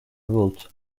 would